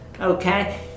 Okay